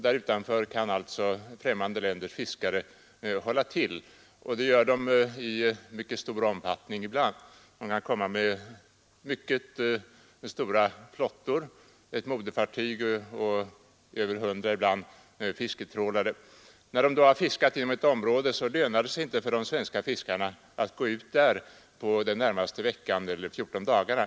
Där utanför kan alltså främmande länders fiskare hålla till, och det gör de i mycket stor utsträckning ibland. De kan komma med mycket stora flottor — ett moderfartyg och ibland över 100 fisketrålare. När de har fiskat inom ett område, lönar det sig inte för de svenska fiskarna att gå ut där under den närmaste veckan eller de närmaste fjorton dagarna.